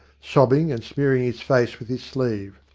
sobbing and smearing his face with his sleeve.